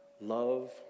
love